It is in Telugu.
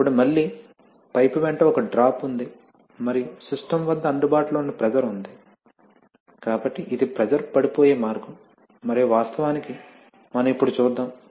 అప్పుడు మళ్ళీ పైపు వెంట ఒక డ్రాప్ ఉంది మరియు సిస్టమ్ వద్ద అందుబాటులో ఉన్న ప్రెషర్ ఉంది కాబట్టి ఇది ప్రెషర్ పడిపోయే మార్గం మరియు వాస్తవానికి మనం ఇప్పుడు చూద్దాం